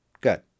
Good